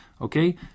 Okay